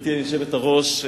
גברתי היושבת-ראש,